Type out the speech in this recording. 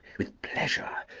with pleasure.